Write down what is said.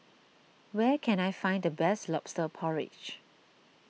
where can I find the best Lobster Porridge